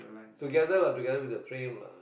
together lah together with the frame lah